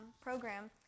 program